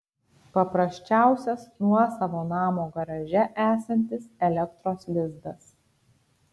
paprasčiausias nuosavo namo garaže esantis elektros lizdas